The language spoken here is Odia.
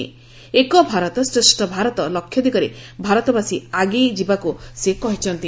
'ଏକ ଭାରତ ଶ୍ରେଷ ଭାରତ' ଲକ୍ଷ୍ୟ ଦିଗରେ ଭାରତବାସୀ ଆଗେଇ ଯିବାକୁ ସେ କହିଚ୍ଛନ୍ତି